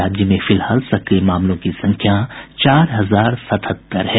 राज्य में फिलहाल सक्रिय मामलों की संख्या चार हजार सतहत्तर है